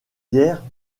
guère